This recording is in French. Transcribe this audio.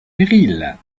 périls